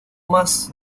más